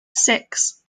six